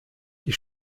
die